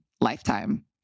lifetime